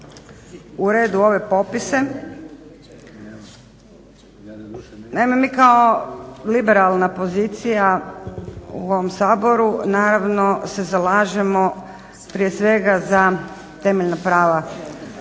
red u ove popise. Naime mi kao liberalna pozicija u ovom Saboru naravno se zalažemo prije svega za temeljna prava